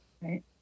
right